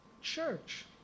church